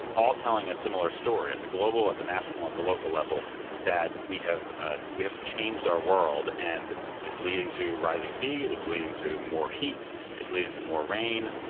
all telling a similar story, at the global, at the national, at the local level that we have ah we have changed our world and it's leading to rising seas. it's leading to more heat it's leading to more rain,